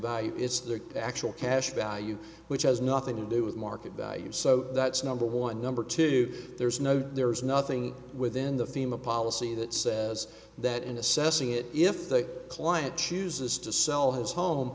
value it's their actual cash value which has nothing to do with market value so that's number one number two there's no there is nothing within the fema policy that says that in assessing it if the client chooses to sell his home